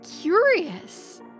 curious